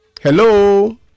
Hello